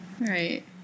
Right